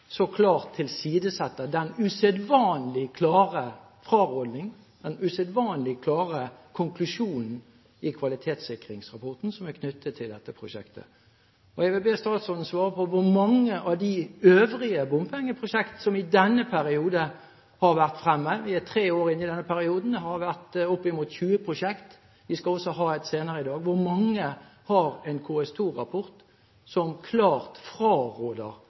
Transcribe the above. så klart tilsidesetter den usedvanlig klare frarådingen, den usedvanlig klare konklusjonen, i kvalitetssikringsrapporten som er knyttet til dette prosjektet. Jeg vil be statsråden svare på hvor mange av de øvrige bompengeprosjektene som i denne periode har vært fremmet. Vi er tre år inne i denne perioden, det har vært opp mot 20 prosjekt, vi skal også ha et senere i dag. Hvor mange har en KS2-rapport som klart